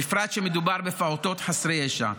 בפרט כשמדובר בפעוטות חסרי ישע.